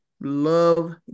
love